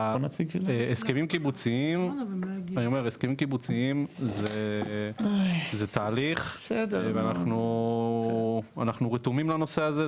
ההסכמים הקיבוציים זה תהליך ואנחנו רתומים לנושא הזה,